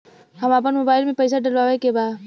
हम आपन मोबाइल में पैसा डलवावे के बा?